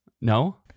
No